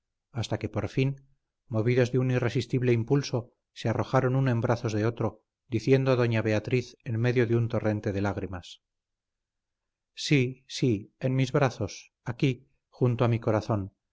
hasta que por fin movidos de un irresistible impulso se arrojaron uno en brazos de otro diciendo doña beatriz en medio de un torrente de lágrimas sí sí en mis brazos aquí junto a mi corazón